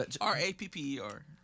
R-A-P-P-E-R